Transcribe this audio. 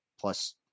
plus